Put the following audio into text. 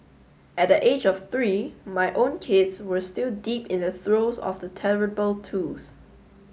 at the age of three my own kids were still deep in the throes of the terrible twos